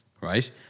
right